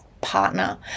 partner